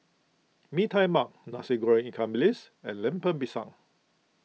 Mee Tai Mak Nasi Goreng Ikan Bilis and Lemper Pisang